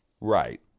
Right